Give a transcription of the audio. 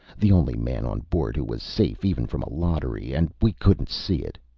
the only man on board who was safe even from a lottery, and we couldn't see it.